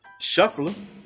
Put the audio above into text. shuffling